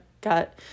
got